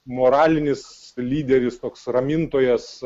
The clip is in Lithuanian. moralinis lyderis toks ramintojas